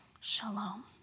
shalom